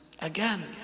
again